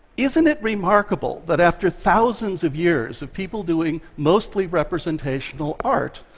isn't it remarkable that, after thousands of years of people doing mostly representational art,